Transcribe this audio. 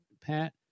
Pat